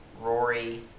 Rory